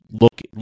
look